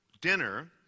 dinner